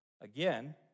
again